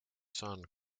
son